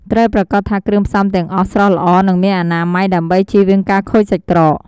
ត្រូវប្រាកដថាគ្រឿងផ្សំទាំងអស់ស្រស់ល្អ និងមានអនាម័យ ដើម្បីចៀសវាងការខូចសាច់ក្រក។